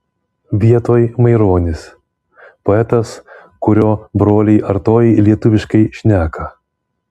vietoj maironis poetas kurio broliai artojai lietuviškai šneka